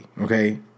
okay